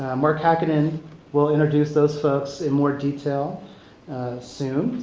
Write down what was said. mark hakkinen will introduce those folks in more detail soon.